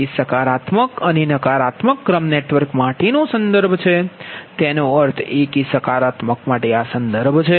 એ સકારાત્મક અને નકારાત્મક ક્રમ નેટવર્ક માટેનો સંદર્ભ છે એનો અર્થ એ કે સકારાત્મક માટે આ સંદર્ભ છે